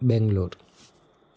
Bangalore